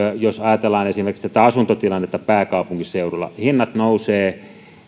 jos ajatellaan esimerkiksi tätä asuntotilannetta pääkaupunkiseudulla hinnat nousevat